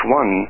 one